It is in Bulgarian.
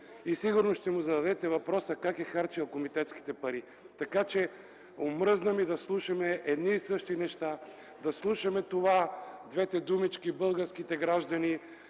Сигурно ще му зададете въпрос как е харчил комитетските пари. Омръзна ни да слушаме едни и същи неща, да слушаме двете думички „българските граждани”,